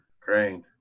Crane